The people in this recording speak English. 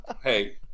hey